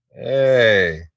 Hey